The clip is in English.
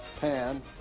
pan